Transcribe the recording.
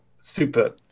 super